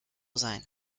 sein